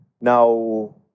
Now